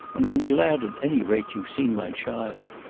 and i'm glad at any rate you've seen my child.